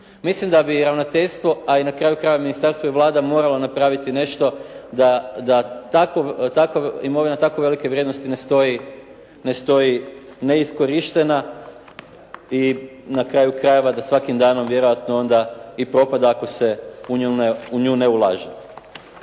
Mislim da bi ravnateljstvo, a na kraju krajeva ministarstvo i Vlada morala napraviti nešto da imovina tako velike vrijednosti ne stoji neiskorištena i na kraju krajeva da svakim danom vjerojatno onda i propada ako se u nju ne ulaže.